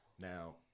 Now